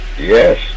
Yes